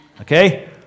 okay